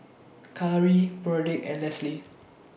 Khari Broderick and Leslee